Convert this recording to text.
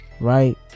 right